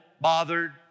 bothered